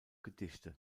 gedichte